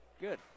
Good